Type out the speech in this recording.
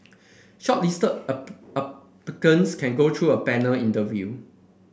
shortlisted can go through a panel interview